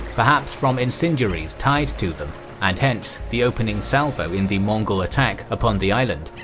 perhaps from incendiaries tied to them and hence, the opening salvo in the mongol attack upon the island.